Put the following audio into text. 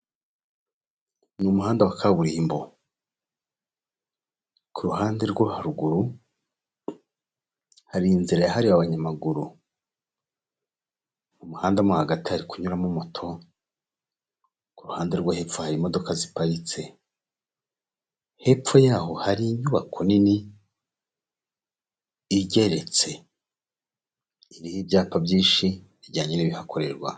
Ni umuhanda wa kaburimbo, kuruhande rwo haruguru hari inzira yahariwe abanyamaguru, mu muhanda mo hagati hari kunyuramo moto, kuruhande rwo hepfo hari imodoka ziparitse, hepfo yaho hari inyubako nini, igeretse, iriho ibyapa byinshi bijyanye n'ibihakorerwa.